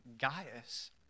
Gaius